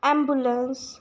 ambulance